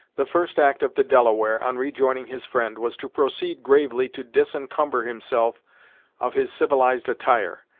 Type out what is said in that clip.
the first act of the delaware, on rejoining his friend, was to proceed gravely to disencumber himself of his civilized attire,